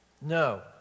No